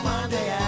Monday